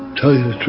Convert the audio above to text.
tell you